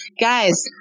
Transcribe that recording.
Guys